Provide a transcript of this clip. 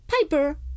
Piper